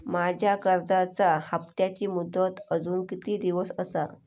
माझ्या कर्जाचा हप्ताची मुदत अजून किती दिवस असा?